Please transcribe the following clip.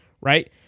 right